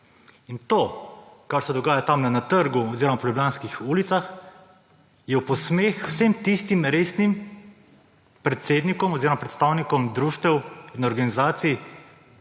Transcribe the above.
In to, kar se dogaja tam na trgu oziroma po ljubljanskih ulicah, je v posmeh vsem tistim resnim predstavnikom društev in organizacij